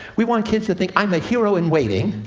we want kids to think, i'm a hero in waiting,